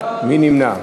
מי נמנע?